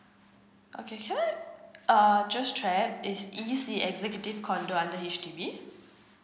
okay can I uh just check is e c executive condo under H_D_B